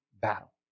battle